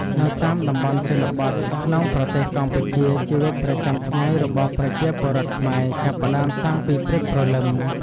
នៅតាមតំបន់ជនបទក្នុងប្រទេសកម្ពុជា ជីវិតប្រចាំថ្ងៃរបស់ប្រជាពលរដ្ឋខ្មែរចាប់ផ្ដើមតាំងពីព្រឹកព្រលឹម។